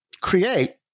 create